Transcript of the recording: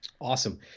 Awesome